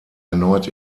erneut